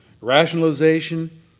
Rationalization